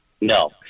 No